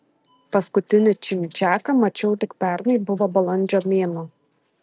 paskutinį čimčiaką mačiau tik pernai buvo balandžio mėnuo